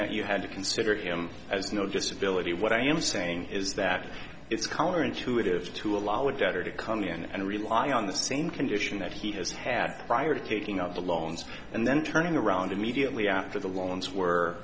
that you had to consider him as no disability what i am saying is that it's counterintuitive to allow a debtor to come in and rely on the same condition that he has had prior to taking up the loans and then turning around immediately after the loans were